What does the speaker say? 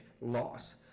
loss